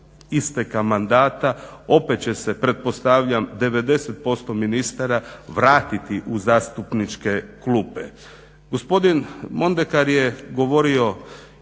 isteka mandata opet će se pretpostavljam 90% ministara vratiti u zastupničke klupe.